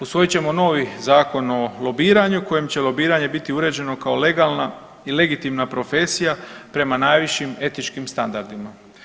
Usvojit ćemo novi zakon o lobiranju kojim će lobiranje biti uređeno kao legalna i legitimna profesija prema najvišim etičkim standardima.